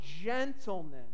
gentleness